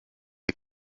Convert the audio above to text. est